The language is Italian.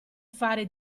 fare